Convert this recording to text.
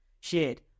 shared